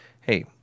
hey